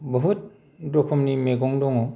बुहुद रोखोमनि मैगं दङ